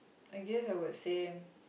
I guess I would say